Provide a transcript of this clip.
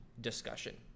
discussion